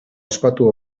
ospatu